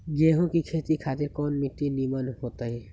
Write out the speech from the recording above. गेंहू की खेती खातिर कौन मिट्टी निमन हो ताई?